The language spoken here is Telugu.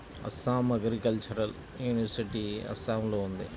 అస్సాం అగ్రికల్చరల్ యూనివర్సిటీ అస్సాంలో ఉంది